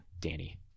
Danny